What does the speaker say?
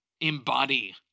Embody